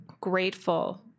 grateful